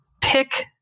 pick